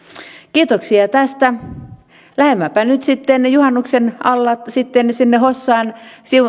kiitoksia tästä lähdemmepä nyt sitten juhannuksen alla sinne hossaan